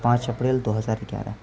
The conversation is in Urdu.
پانچ اپریل دو ہزار گیارہ